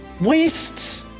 wastes